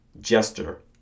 jester